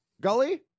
Gully